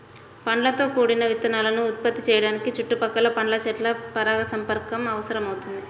పండ్లతో కూడిన విత్తనాలను ఉత్పత్తి చేయడానికి చుట్టుపక్కల పండ్ల చెట్ల పరాగసంపర్కం అవసరమవుతుంది